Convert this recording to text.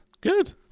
good